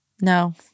No